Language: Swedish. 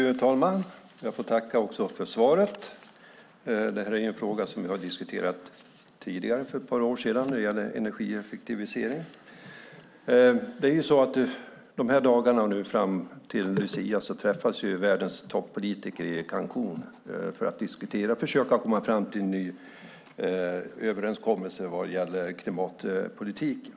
Fru talman! Jag tackar för svaret. Denna fråga om energieffektivisering diskuterade vi för ett par år sedan. Dessa dagar fram till lucia träffas världens toppolitiker i Cancún för att diskutera och försöka komma fram till en ny överenskommelse vad gäller klimatpolitiken.